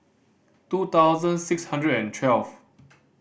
two thousand six hundred and twelve